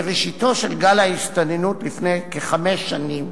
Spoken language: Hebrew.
מראשיתו של גל ההסתננות, לפני כחמש שנים,